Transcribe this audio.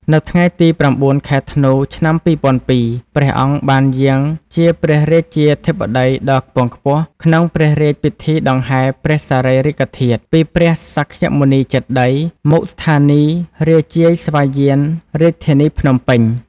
នៅថ្ងៃទី០៩ ខែធ្នូ ឆ្នាំ២០០២ ព្រះអង្គបានយាងជាព្រះរាជាធិបតីដ៏ខ្ពង់ខ្ពស់ ក្នុងព្រះរាជពិធីដង្ហែព្រះសារីរិកធាតុ ពីព្រះសក្យមុនីចេតិយ មុខស្ថានីយ៍រាជាយស្ម័យយានរាជធានីភ្នំពេញ។